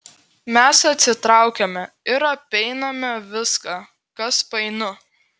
mes atsitraukiame ir apeiname viską kas painu